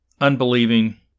unbelieving